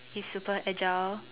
he's super agile